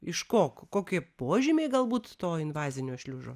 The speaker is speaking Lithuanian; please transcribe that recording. iš ko kokie požymiai galbūt to invazinio šliužo